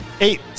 eight